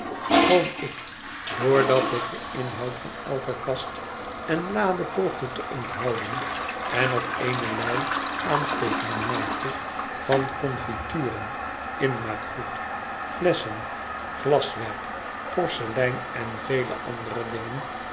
schoon ik door dat ik den inhoud van elke kast en lade poogde te onthouden en op eene lei aanteekeningen maakte van confituren inmaakgoed flesschen glaswerk porselein en vele andere dingen